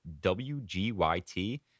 WGYT